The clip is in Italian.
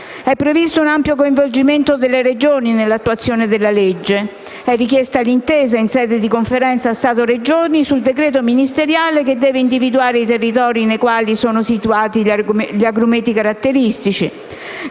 È previsto un ampio coinvolgimento delle Regioni nell'attuazione della legge; è richiesta l'intesa in sede di Conferenza Stato-Regioni sul decreto ministeriale che deve individuare i territori nei quali sono situati gli agrumeti caratteristici;